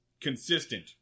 consistent